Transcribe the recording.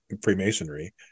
Freemasonry